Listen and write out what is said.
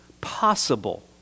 possible